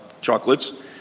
chocolates